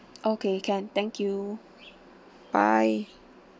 okay can thank you bye